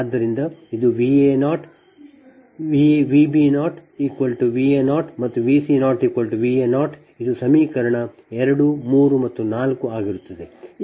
ಆದ್ದರಿಂದ ಇದು V a0 V b0 V a0 ಮತ್ತು V c0 V a0 ಇದು ಸಮೀಕರಣ 2 3 ಮತ್ತು 4 ಆಗಿರುತ್ತದೆ